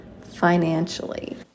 financially